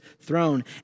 throne